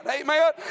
Amen